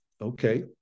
okay